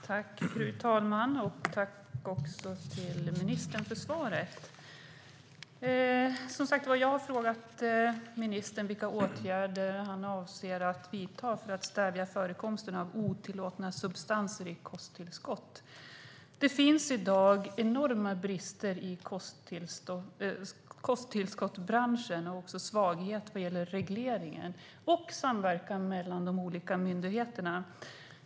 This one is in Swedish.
Fru talman! Tack, ministern, för svaret! Jag har som sagt frågat ministern vilka åtgärder han avser att vidta för att stävja förekomsten av otillåtna substanser i kosttillskott. Det finns i dag enorma brister i kosttillskottsbranschen och även en svaghet vad gäller regleringen och samverkan mellan de olika myndigheterna.